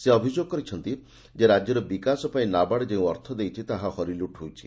ସେ ଅଭିଯୋଗ କରି କହିଛନ୍ତି ରାଜ୍ୟର ବିକାଶ ପାଇଁ ନାବାର୍ଡ ଯେଉଁ ଅର୍ଥ ଦେଇଛି ତାହା ହରିଲ୍ରଟ୍ ହୋଇଛି